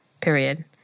period